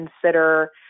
consider